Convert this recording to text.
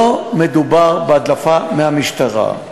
לא מדובר בהדלפה מהמשטרה.